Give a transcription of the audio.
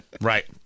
Right